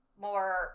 more